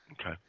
Okay